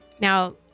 Now